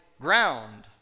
ground